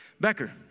Becker